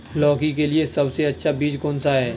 लौकी के लिए सबसे अच्छा बीज कौन सा है?